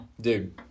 Dude